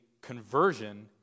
conversion